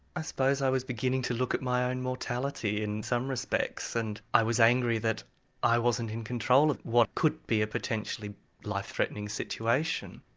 i suppose i was beginning to look at my own mortality in some respects. and i was angry that i wasn't in control of what could be a potentially life-threatening situation.